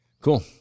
Cool